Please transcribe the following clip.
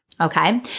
Okay